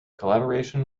collaboration